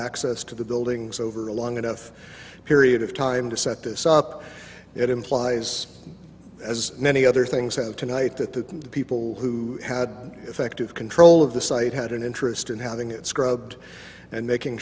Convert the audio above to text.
access to the buildings over a long enough period of time to set this up it implies as many other things have tonight that the people who had effective control of the site had an interest in having it scrubbed and making